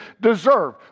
deserve